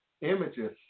images